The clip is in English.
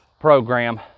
program